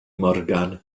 morgan